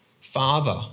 father